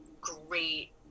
great